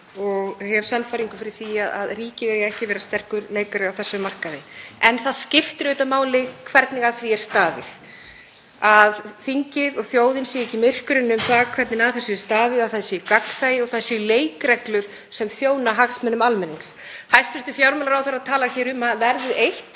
og hef sannfæringu fyrir því að ríkið eigi ekki að vera sterkur leikari á þessum markaði. En það skiptir auðvitað máli hvernig að hlutunum er staðið, að þingið og þjóðin sé ekki myrkri um það hvernig að þessu er staðið, að það sé gagnsæi og að leikreglur þjóni hagsmunum almennings. Hæstv. fjármálaráðherra talar um að verðið eitt